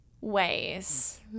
ways